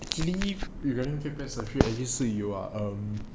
~也是有啊 um